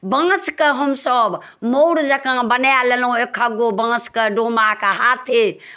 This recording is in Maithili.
बाँसके हमसभ मौर जँका बनाए लेलहुँ एकहकगो बाँसके डोमाके हाथे